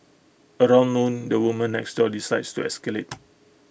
around noon the woman next door decides to escalate